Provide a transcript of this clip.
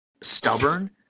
stubborn